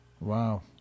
Wow